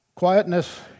Quietness